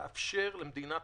יש לאפשר למדינת